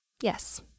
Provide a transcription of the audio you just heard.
yes